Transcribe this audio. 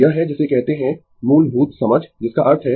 यह है जिसे कहते है मूलभूत समझ जिसका अर्थ है